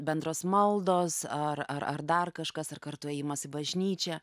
bendros maldos ar ar ar dar kažkas ar kartu ėjimas į bažnyčią